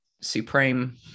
supreme